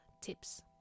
tips